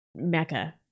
mecca